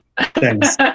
thanks